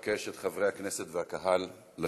זיכרונו לברכה.) אבקש את חברי הכנסת והקהל לשבת.